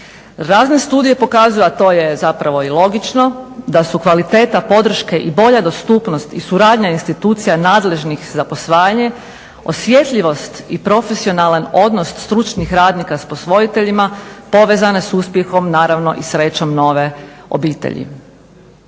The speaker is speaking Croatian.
Razne studije pokazuju, a to je zapravo i logično da su kvaliteta podrške i bolja dostupnost i suradnja institucija nadležnih za posvajanje, osjetljivost i profesionalan odnos stručnih radnika s posvojiteljima povezane s uspjehom, naravnom i srećom nove obitelji.